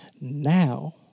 Now